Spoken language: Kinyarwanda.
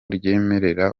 ryemerera